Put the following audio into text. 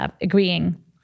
agreeing